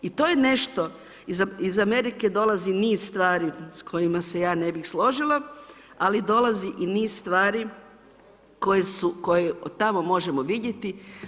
I to je nešto, iz Amerike dolazi niz stvari s kojima se ja ne bih složila, ali dolazi i niz stvari koje od tamo možemo vidjeti.